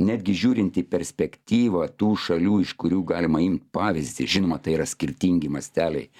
netgi žiūrint į perspektyvą tų šalių iš kurių galima imt pavyzdį žinoma tai yra skirtingi masteliai